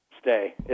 stay